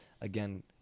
again